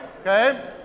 Okay